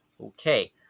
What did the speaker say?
Okay